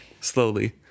slowly